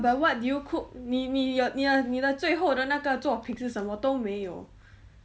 but what did you cook 你你你的你的你的最后的那个作品是什么都没有